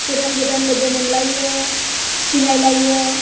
गोदान गोदान लोगो मोनलायो सिनायलायो